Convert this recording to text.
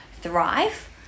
thrive